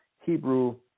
Hebrew